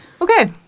Okay